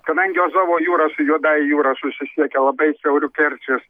kadangi azovo jūra su juodąja jūra susisiekia labai siauru kerčės